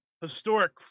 Historic